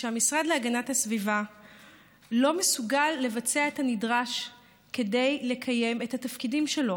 שהמשרד להגנת הסביבה לא מסוגל לבצע את הנדרש כדי לקיים את התפקידים שלו.